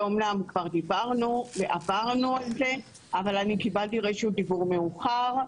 אמנם כבר דיברנו ועברנו על זה אבל קיבלתי רשות דיבור מאוחר.